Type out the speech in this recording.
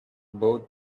bought